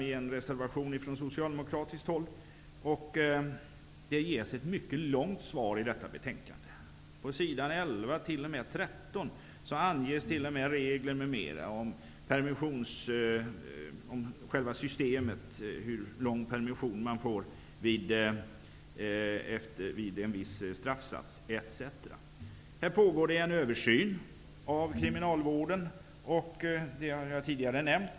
I reservation 7 tar de socialdemokratiska ledamöterna i utskottet upp permissionerna. om själva systemet, hur lång permission man får vid en viss straffsats, etc. Det pågår en översyn av kriminalvården, vilket jag tidigare har nämnt.